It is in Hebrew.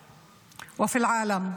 המולד.